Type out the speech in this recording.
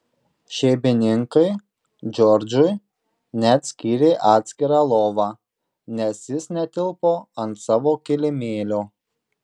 šeimininkai džordžui net skyrė atskirą lovą nes jis netilpo ant savo kilimėlio